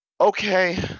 Okay